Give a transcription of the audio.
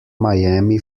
miami